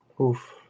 Oof